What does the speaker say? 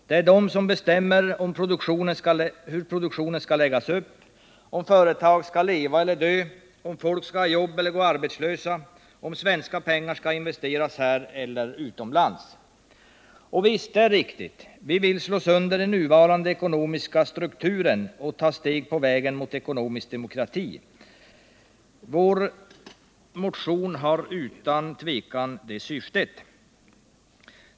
Det är de som bestämmer hur produktionen skall läggas upp, om företag skall leva eller dö, om människor skall ha jobb eller gå arbetslösa, om svenska pengar skall investeras här eller utomlands. Visst är det riktigt att vi vill slå sönder den nuvarande ekonomiska strukturen och ta ett steg på vägen mot ekonomisk demokrati. Vår motion har utan tvivel detta syfte.